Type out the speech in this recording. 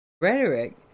rhetoric